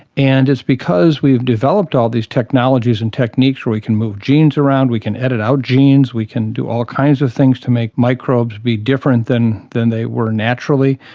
and it's because we've developed all these technologies and techniques where we can move genes around, we can edit out genes, we can do all kinds of things to make microbes be different than than they were naturally,